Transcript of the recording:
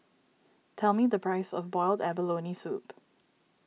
tell me the price of Boiled Abalone Soup